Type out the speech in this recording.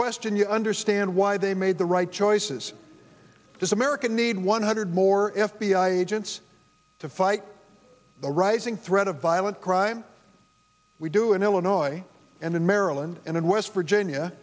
question you understand why they made the right choices does america need one hundred more f b i agents to fight the rising threat of violent crime we do in illinois and in maryland and in west virginia